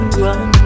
run